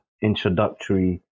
introductory